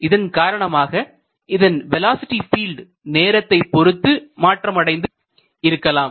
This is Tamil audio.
இதன்காரணமாக இதனது வேலோஸிட்டி பீல்டு நேரத்தைப் பொறுத்து மாற்றமடைந்து இருக்கலாம்